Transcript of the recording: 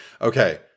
okay